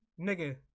Nigga